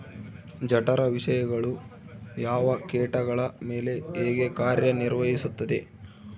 ಜಠರ ವಿಷಯಗಳು ಯಾವ ಕೇಟಗಳ ಮೇಲೆ ಹೇಗೆ ಕಾರ್ಯ ನಿರ್ವಹಿಸುತ್ತದೆ?